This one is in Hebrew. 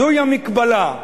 זוהי המקבילה.